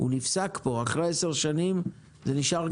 פה הוא נפסק, אחרי עשר שנים, זה נשאר.